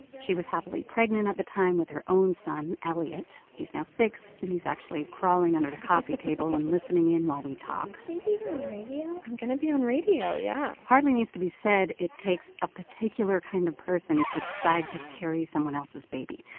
she was happily pregnant at the time with her own son, elliott. he's now six, and he's actually crawling under the coffee table and listening in while we talk is she being on radio? i'm going to be on radio, yeah hardly needs to be said it takes a particular kind of person to decide to carry someone else's baby.